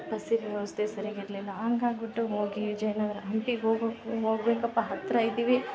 ಬಸ್ಸಿನ ವ್ಯವಸ್ಥೆ ಸರಿಗಿರಲಿಲ್ಲ ಹಂಗಾಗ್ಬುಟ್ಟು ಹೋಗಿ ವಿಜಯನಗರ ಹಂಪಿಗೊಗೋಕೆ ಹೋಗ್ಬೇಕಪ್ಪ ಹತ್ತಿರ ಇದೀವಿ